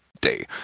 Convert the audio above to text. day